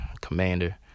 commander